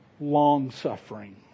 long-suffering